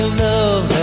love